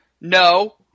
No